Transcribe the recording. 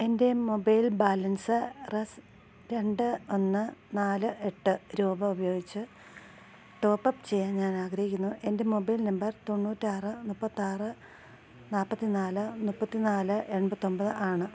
എൻ്റെ mobile balance rupees രണ്ട് ഒന്ന് നാല് എട്ട് രൂപ ഉപയോഗിച്ച് ടോപ്പ് അപ്പ് ചെയ്യാൻ ഞാനാഗ്രഹിക്കുന്നു എൻ്റെ മൊബൈൽ നമ്പർ തൊണ്ണൂറ്റിയാറ് മുപ്പത്തിയാറ് നാല്പത്തിനാല് മുപ്പത്തി നാല് എൺപത്തിയൊന്പത് ആണ്